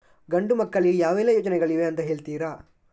ಗಂಡು ಮಕ್ಕಳಿಗೆ ಯಾವೆಲ್ಲಾ ಯೋಜನೆಗಳಿವೆ ಅಂತ ಹೇಳ್ತೀರಾ?